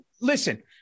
listen